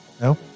No